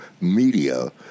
media